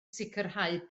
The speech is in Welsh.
sicrhau